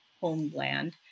homeland